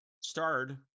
starred